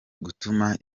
gutuma